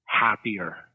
happier